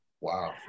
Wow